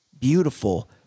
beautiful